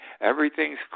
everything's